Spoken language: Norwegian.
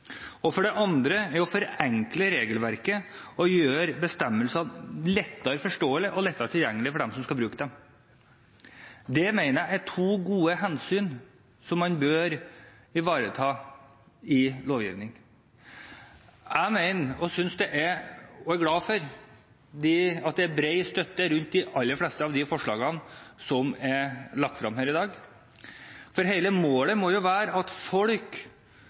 i arbeid. Det andre er å forenkle regelverket og gjøre bestemmelsene mer forståelige og lettere tilgjengelige for dem som skal bruke dem. Det mener jeg er to gode hensyn som man bør ivareta i lovgivning. Jeg er glad for at det er bred støtte til de aller fleste av de forslagene som er lagt frem her i dag, for hele målet jo være at folk